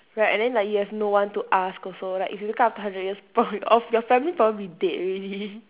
right and then like you have no one to ask also like if you wake up after a hundred years probably of your family probably dead already